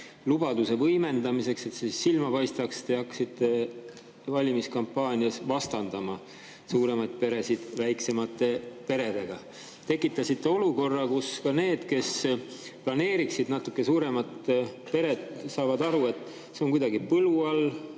lubaduse võimendamiseks, et see silma paistaks, te hakkasite valimiskampaanias vastandama suuremaid peresid väiksematele peredele, tekitasite olukorra, kus ka need, kes planeeriksid natuke suuremat peret, saavad aru, et see on kuidagi põlu all,